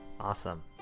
awesome